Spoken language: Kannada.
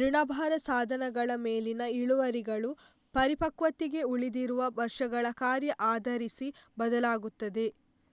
ಋಣಭಾರ ಸಾಧನಗಳ ಮೇಲಿನ ಇಳುವರಿಗಳು ಪರಿಪಕ್ವತೆಗೆ ಉಳಿದಿರುವ ವರ್ಷಗಳ ಕಾರ್ಯ ಆಧರಿಸಿ ಬದಲಾಗುತ್ತದೆ